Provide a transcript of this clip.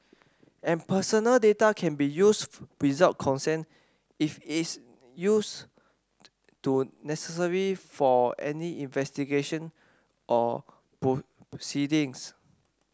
and personal data can be used without consent if its use to necessary for any investigation or proceedings